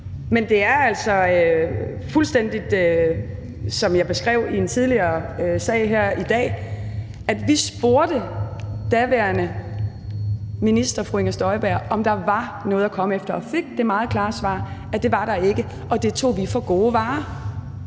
Men det er altså – fuldstændig som jeg beskrev i en tidligere sag her i dag – sådan, at vi spurgte daværende minister fru Inger Støjberg, om der var noget at komme efter, og vi fik det meget klare svar, at det var der ikke. Og det tog vi for gode varer.